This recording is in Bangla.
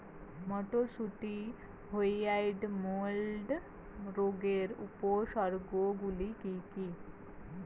মটরশুটির হোয়াইট মোল্ড রোগের উপসর্গগুলি কী কী?